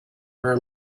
her